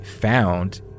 found